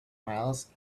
miles